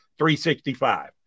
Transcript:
365